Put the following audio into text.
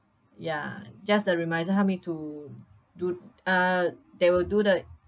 ya just the remisier help me to do uh they will do the